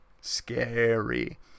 scary